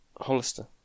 Hollister